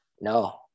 No